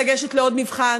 לגשת לעוד מבחן,